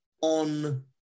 on